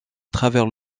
travers